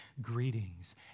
Greetings